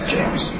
James